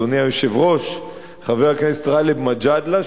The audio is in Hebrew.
אדוני היושב-ראש גאלב מג'אדלה,